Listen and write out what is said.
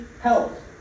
health